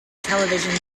television